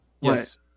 Yes